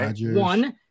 one